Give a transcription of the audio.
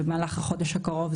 במהלך החודש הקרוב.